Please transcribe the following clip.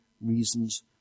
reasons